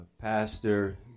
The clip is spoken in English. Pastor